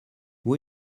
who